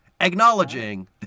acknowledging